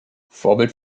vorbild